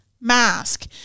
mask